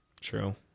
True